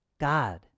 God